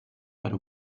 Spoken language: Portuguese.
para